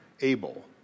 able